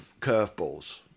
curveballs